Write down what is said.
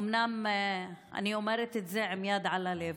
אומנם אני אומרת את זה עם יד על הלב,